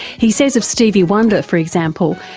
he says of stevie wonder, for example,